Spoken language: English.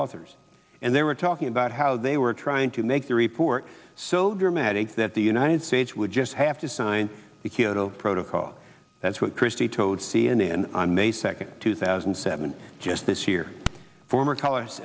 authors and they were talking about how they were trying to make the report so dramatic that the united states would just have to sign the kyoto protocol that's what christie told c n n on may second two thousand and seven just this year former col